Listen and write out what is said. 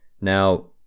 Now